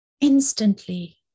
instantly